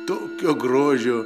tokio grožio